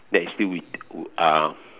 that still is uh